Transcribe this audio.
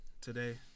today